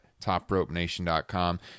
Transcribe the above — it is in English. TopRopeNation.com